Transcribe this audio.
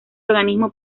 organismo